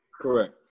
Correct